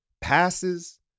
passes